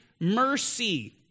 mercy